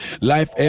Life